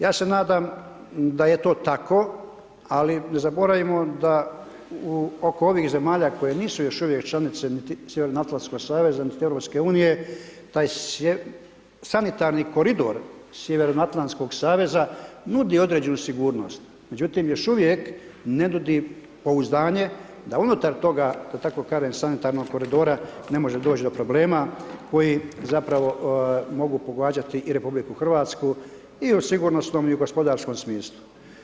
Ja se nadam da je to tako ali ne zaboravimo da oko ovih zemalja koje nisu još uvijek članice niti Sjevernoatlantskog saveza nit EU-a, taj sanitarni koridor Sjevernoatlantskog saveza nudi određenu sigurnost međutim još uvijek ne nudi pouzdanje da unutar toga da tako kažem sanitarnog koridora, ne može doći do problema koji zapravo mogu pogađati i RH i u sigurnosnom i gospodarskom smislu.